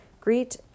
Greet